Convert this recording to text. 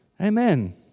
Amen